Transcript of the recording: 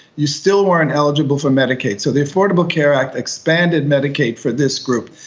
you still weren't eligible for medicaid. so the affordable care act expanded medicaid for this group.